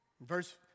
Verse